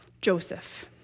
Joseph